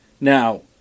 Now